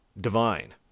divine